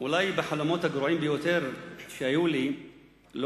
אולי בחלומות הגרועים ביותר שהיו לי לא